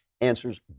Answers